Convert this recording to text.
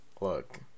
look